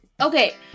Okay